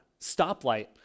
stoplight